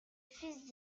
fils